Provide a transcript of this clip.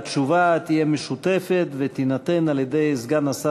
התשובה תהיה משותפת ותינתן על-ידי סגן השר